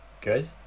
good